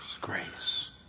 grace